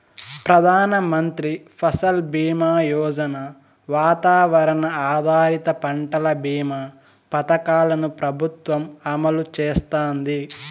ప్రధాన మంత్రి ఫసల్ బీమా యోజన, వాతావరణ ఆధారిత పంటల భీమా పథకాలను ప్రభుత్వం అమలు చేస్తాంది